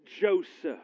Joseph